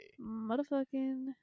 Motherfucking